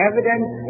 Evidence